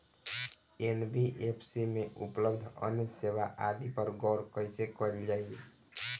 NBFC में उपलब्ध अन्य सेवा आदि पर गौर कइसे करल जाइ?